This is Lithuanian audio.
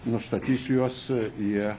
nustatys juos jie